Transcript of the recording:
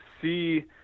see